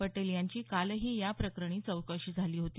पटेल यांची कालही या प्रकरणी चौकशी झाली होती